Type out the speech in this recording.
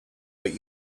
but